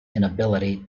inability